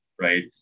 right